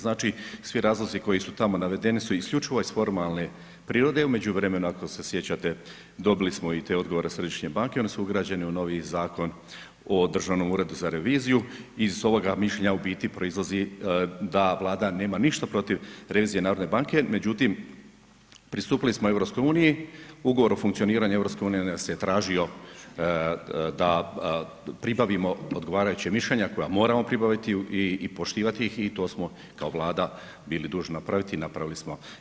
Znači, svi razlozi koji su tamo navedeni su isključivo iz formalne prirode, u međuvremenu ako se sjećate dobili smo i te odgovore Središnje banke, oni su ugrađeni u noviji Zakon o Državnom uredu za reviziju, i iz ovoga mišljenja u biti proizlazi da Vlada nema ništa protiv revizije Narodne banke, međutim pristupili smo Europskoj uniji, ugovor o funkcioniranju Europske unije nas je tražio da pribavimo odgovarajuća mišljenja koja moramo pribaviti i poštivati ih, i to smo kao Vlada bili dužni napraviti, i napravili smo.